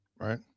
right